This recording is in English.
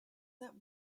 that